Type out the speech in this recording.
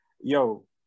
Yo